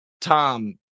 Tom